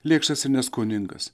lėkštas ir neskoningas